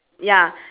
ya